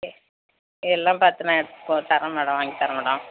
எல்லாம் பார்த்து நான் எடுத்து தரேன் மேடம் வாங்கி தரேன் மேடம்